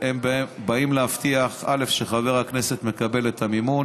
שבאים להבטיח שחבר הכנסת מקבל את המימון.